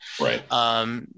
Right